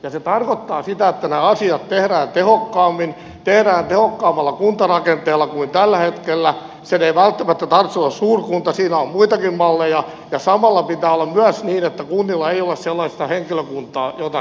ja se tarkoittaa sitä että nämä asiat tehdään tehokkaammin tehdään tehokkaammalla kuntarakenteella kuin tällä hetkellä sen ei välttämättä tarvitse olla suurkunta siinä on muitakin malleja ja samalla pitää olla myös niin että kunnilla ei ole sellaista henkilökuntaa jota se ei tarvitse